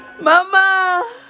mama